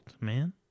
man